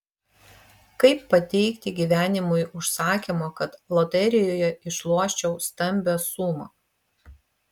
kaip pateikti gyvenimui užsakymą kad loterijoje išloščiau stambią sumą